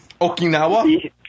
Okinawa